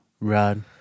Rod